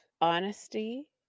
honesty